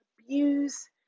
abuse